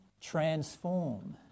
transform